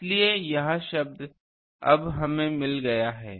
इसलिए यह शब्द अब हमें मिल गया है